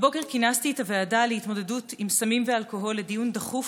הבוקר כינסתי את הוועדה להתמודדות עם סמים ואלכוהול לדיון דחוף